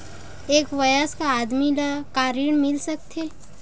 एक वयस्क आदमी ल का ऋण मिल सकथे?